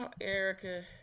Erica